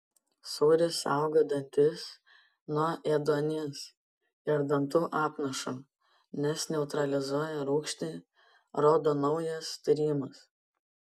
sūris saugo dantis nuo ėduonies ir dantų apnašų nes neutralizuoja rūgštį rodo naujas tyrimas